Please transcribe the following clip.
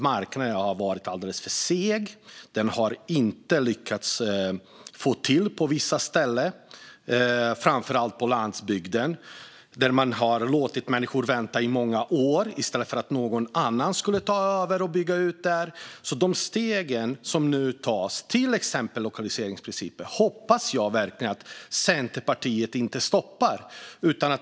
Marknaden har på vissa ställen inte lyckats få till det, framför allt på landsbygden, där man har låtit människor vänta i många år i stället för att någon annan skulle ta över och bygga ut. De steg som nu tas med till exempel lokaliseringsprincipen hoppas jag verkligen att Centerpartiet inte stoppar.